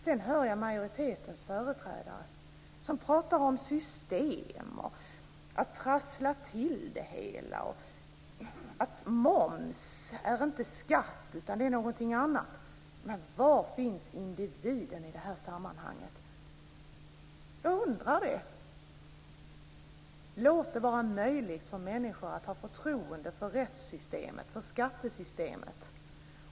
Sedan hör jag majoritetens företrädare som pratar om system, om att trassla till det hela och om att moms inte är skatt utan någonting annat. Var finns individen i det här sammanhanget? Jag undrar det. Låt det vara möjligt för människor att ha förtroende för rättssystemet, för skattesystemet!